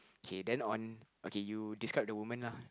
K then on okay you describe the woman lah